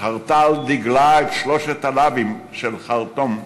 שחרתה על דגלה את שלושת הלווים של חרטום,